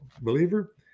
believer